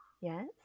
Yes